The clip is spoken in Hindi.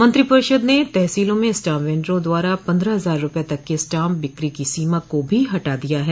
मंत्रि परिषद ने तहसीलों में स्टाम्प वेंडरों द्वारा पन्द्रह हजार रूपये तक के स्टाम्प बिक्री की सीमा को भी हटा दिया है